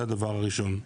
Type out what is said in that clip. זה הדבר הראשון.